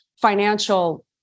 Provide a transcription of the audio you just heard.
financial